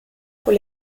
con